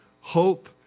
hope